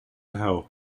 hell